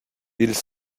ils